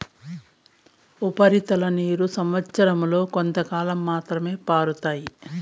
ఉపరితల నీరు సంవచ్చరం లో కొంతకాలం మాత్రమే పారుతాయి